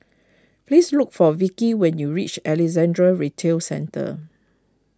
please look for Vikki when you reach Alexandra Retail Centre